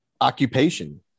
Occupation